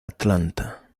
atlanta